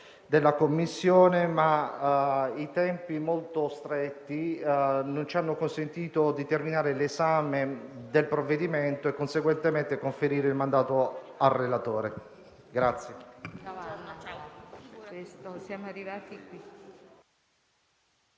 della Commissione, ma i tempi molto stretti non ci hanno consentito di terminare l'esame del provvedimento e, conseguentemente, di conferire il mandato al relatore.